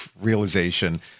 realization